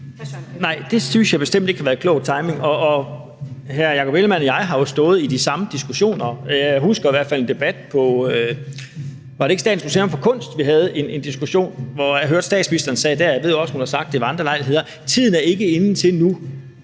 det synes jeg bestemt ikke har været klog timing. Hr. Jakob Ellemann-Jensen og jeg har jo stået i de samme diskussioner. Jeg husker i hvert fald en debat og en diskussion – var det ikke på Statens Museum for Kunst? – hvor jeg hørte, at statsministeren sagde, og jeg ved også, hun har sagt det ved andre lejligheder, at tiden ikke er inde til nu